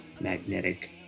magnetic